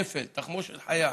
נפל, תחמושת חיה.